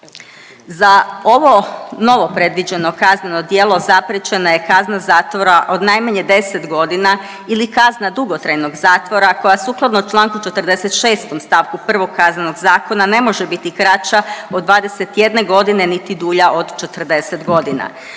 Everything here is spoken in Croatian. Za ovo novo predviđeno kazneno djelo zapriječena je kazna zatvora od najmanje 10 godina ili kazna dugotrajnog zatvora koja sukladno čl. 46. st. 1. Kaznenog zakona ne može biti kraća od 21 godine niti dulja od 40 godina.